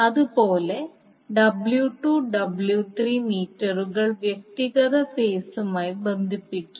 അതുപോലെ W2 W3 മീറ്ററുകൾ വ്യക്തിഗത ഫേസുമായി ബന്ധിപ്പിക്കും